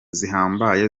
zihambaye